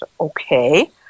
Okay